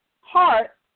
heart